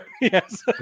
Yes